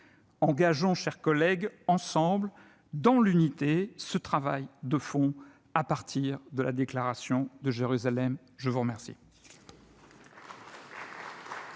Engageons, chers collègues, ensemble, dans l'unité, ce travail de fond à partir de la Déclaration de Jérusalem. La parole